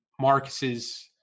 marcus's